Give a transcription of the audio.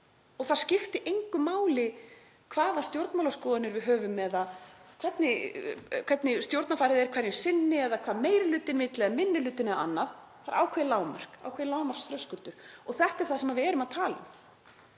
og það skiptir engu máli hvaða stjórnmálaskoðanir við höfum eða hvernig stjórnarfarið er hverju sinni eða hvað meiri hlutinn vill eða minni hlutinn eða annar. Það er ákveðinn lágmarksþröskuldur. Þetta er það sem við erum að tala um.